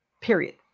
period